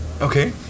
okay